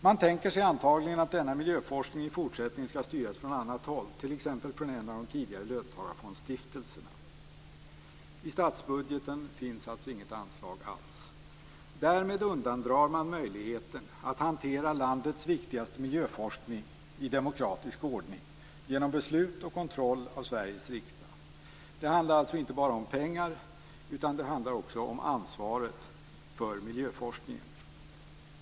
Man tänker sig antagligen att denna miljöforskning i fortsättningen skall styras från annat håll, t.ex. från en av de tidigare löntagarfondsstiftelserna. I statsbudgeten finns alltså inget anslag alls. Därmed undandrar man möjligheten att hantera landets viktigaste miljöforskning i demokratisk ordning genom beslut och kontroll av Sveriges riksdag. Det handlar alltså inte bara om pengar. Det handlar också om ansvaret för miljöforskningen.